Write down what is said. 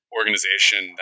organization